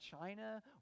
China